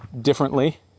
differently